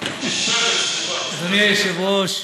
אדוני היושב-ראש,